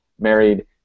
married